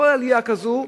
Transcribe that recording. כל עלייה כזו,